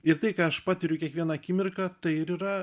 ir tai ką aš patiriu kiekvieną akimirką tai ir yra